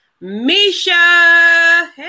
Misha